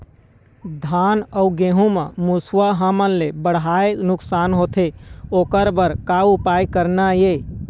धान अउ गेहूं म मुसवा हमन ले बड़हाए नुकसान होथे ओकर बर का उपाय करना ये?